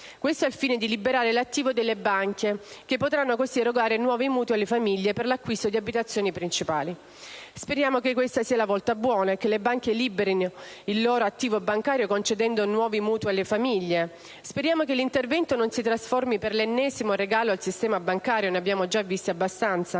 Questo al fine di liberare l'attivo delle banche, che potranno così erogare nuovi mutui alle famiglie per l'acquisto di abitazioni principali. Speriamo che questa sia la volta buona, che le banche liberino il loro attivo bancario concedendo nuovi mutui alle famiglie. Speriamo che l'intervento non si trasformi nell'ennesimo regalo al sistema bancario: ne abbiamo già visti abbastanza.